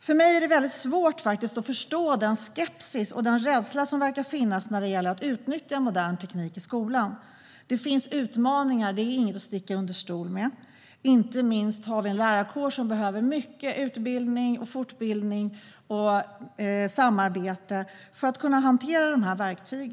För mig är det svårt att förstå den skepsis och den rädsla som verkar finnas när det gäller att utnyttja modern teknik i skolan. Det finns utmaningar - det är inget att sticka under stol med - inte minst har vi en lärarkår som behöver ordentligt med utbildning, fortbildning och samarbete för att kunna hantera dessa verktyg.